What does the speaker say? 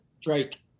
Drake